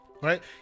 Right